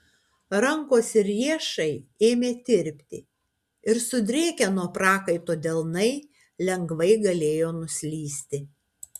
rankos ir riešai ėmė tirpti ir sudrėkę nuo prakaito delnai lengvai galėjo nuslysti